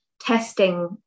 testing